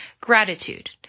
gratitude